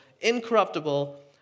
incorruptible